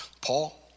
Paul